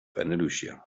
andalusia